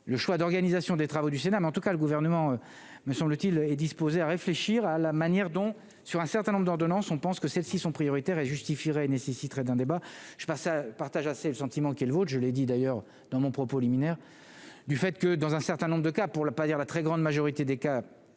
le choix d'organisation des travaux du Sénat mais en tout cas le gouvernement me semble-t-il, est disposé à réfléchir à la manière dont, sur un certain nombre d'ordonnances, on pense que celles-ci sont prioritaires et justifierait nécessiterait d'un débat, je sais pas ça partage assez le sentiment qu'elle vote, je l'ai dit d'ailleurs dans mon propos liminaire du fait que dans un certain nombre de cas pour la pas dire la très grande majorité des cas,